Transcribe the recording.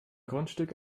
grundstück